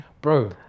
Bro